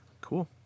cool